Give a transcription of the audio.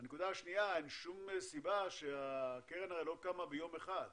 הנקודה השנייה אין שום סיבה הקרן הזו לא קמה ביום אחד.